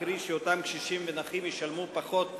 קרי שאותם קשישים ונכים ישלמו פחות אגרה,